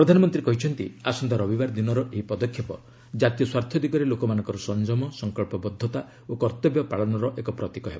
ପ୍ରଧାନମନ୍ତ୍ରୀ କହିଛନ୍ତି ଆସନ୍ତା ରବିବାର ଦିନର ଏହି ପଦକ୍ଷେପ ଜାତୀୟ ସ୍ୱାର୍ଥ ଦିଗରେ ଲୋକମାନଙ୍କର ସଂଯମ ସଂକଳ୍ପବଦ୍ଧତା ଓ କର୍ତ୍ତବ୍ୟ ପାଳନର ଏକ ପ୍ରତୀକ ହେବ